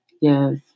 yes